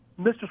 Mr